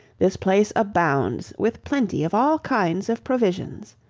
this place abounds with plenty of all kinds of provisions.